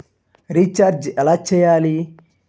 Recharge ఎలా చెయ్యాలి?